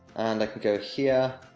and i can go here,